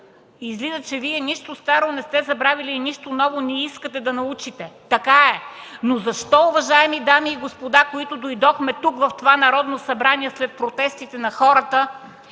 излиза, че Вие нищо старо не сте забравили и нищо ново не искате да научите. Така е! Но защо, уважаеми дами и господа, които дойдохме тук, в това Народно събрание, след протестите на хората,